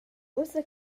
ussa